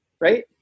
right